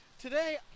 today